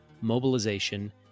mobilization